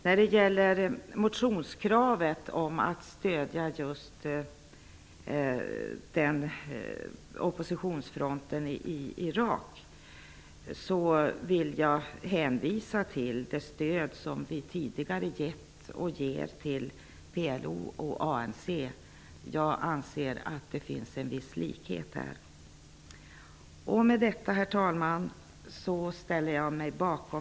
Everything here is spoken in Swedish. När det gäller motionskravet om att stödja just oppositionsfronten i Irak vill jag hänvisa till det stöd som vi tidigare har gett och ger till PLO och ANC. Jag anser att det finns en viss likhet. Herr talman! Med detta ställer jag mig bakom